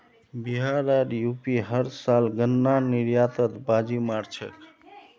बिहार आर यू.पी हर साल गन्नार निर्यातत बाजी मार छेक